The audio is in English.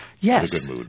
Yes